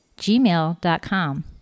gmail.com